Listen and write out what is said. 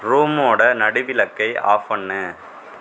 ரூம்மோட நடு விளக்கை ஆஃப் பண்ணு